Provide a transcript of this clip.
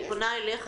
אני פונה אליך,